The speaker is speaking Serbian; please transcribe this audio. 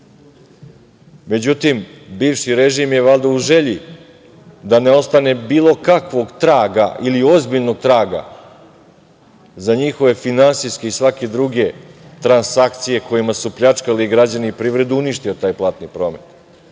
promet.Međutim, bivši režim je valjda, u želji da ne ostane bilo kakvog traga, ili ozbiljnog traga za njihove finansijske i svake druge transakcije, kojima su pljačkali građane i privredu, uništio taj platni promet,